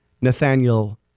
Nathaniel